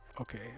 Okay